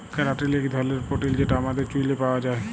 ক্যারাটিল ইক ধরলের পোটিল যেট আমাদের চুইলে পাউয়া যায়